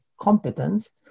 competence